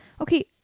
Okay